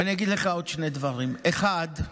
ואני אגיד לך עוד שני דברים: אחד,